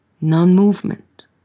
Non-movement